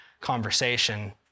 conversation